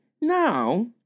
Now